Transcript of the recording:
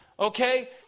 Okay